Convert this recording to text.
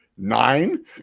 nine